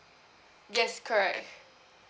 yes correct